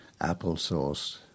applesauce